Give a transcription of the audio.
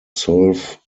solve